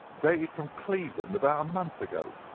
dated from cleveland about a month ago,